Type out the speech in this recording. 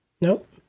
Nope